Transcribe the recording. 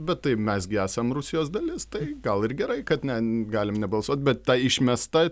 bet tai mes gi esam rusijos dalis tai gal ir gerai kad ne galim nebalsuot bet ta išmesta